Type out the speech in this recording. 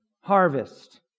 harvest